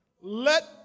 Let